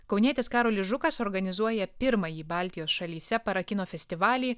kaunietis karolis žukas organizuoja pirmąjį baltijos šalyse parakino festivalį